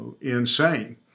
insane